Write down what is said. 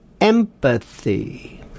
empathy